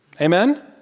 Amen